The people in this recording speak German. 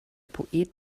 poet